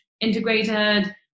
integrated